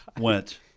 went